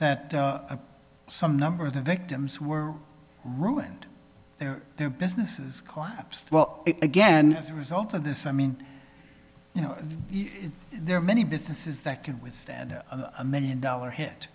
that some number of the victims were ruined their their businesses collapse well again the result of this i mean you know there are many businesses that can withstand a million dollar hit